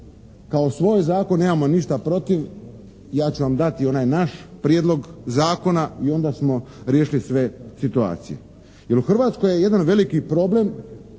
kao svoj zakon, nemamo ništa protiv, ja ću vam dati i onaj naš prijedlog zakona i onda smo riješili sve situacije. Jer, u Hrvatskoj je jedan veliki problem